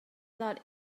lot